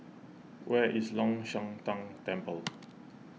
where is Long Shan Tang Temple